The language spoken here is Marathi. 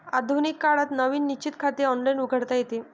आधुनिक काळात नवीन निश्चित खाते ऑनलाइन उघडता येते